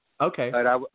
Okay